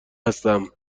هستم